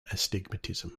astigmatism